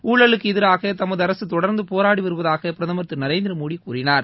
ஊழலுக்கு எதிராக தமது அரசு தொடர்ந்து போராடி வருவதாக பிரதமர் திரு நரேந்திர மோடி கூறினார்